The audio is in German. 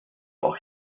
auch